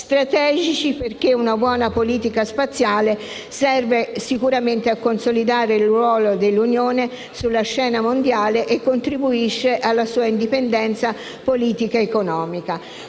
strategici, perché una buona politica spaziale serve sicuramente a consolidare il ruolo dell'Unione sulla scena mondiale e contribuisce alla sua indipendenza politica ed economica.